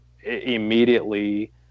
immediately